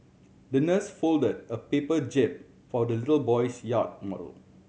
the nurse folded a paper jib for the little boy's yacht model